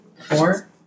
Four